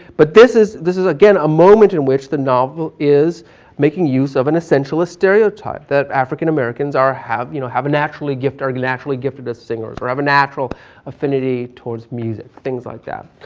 but this is, this is again a moment in which the novel is making use of an essentialist stereotype that african americans are have, you know have a naturally gift, are naturally gifted as singers or have a natural affinity towards music. things like that.